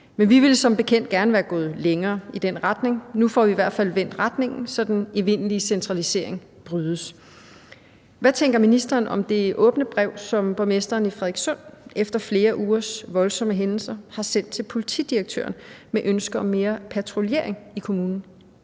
Men vi ville som bekendt gerne være gået længere i den retning. Nu får vi i hvert fald vendt retningen, så den evindelige centralisering brydes. Hvad tænker ministeren om det åbne brev, som borgmesteren i Frederikssund efter flere ugers voldsomme hændelser har sendt til politidirektøren med ønsker om mere patruljering i kommunen?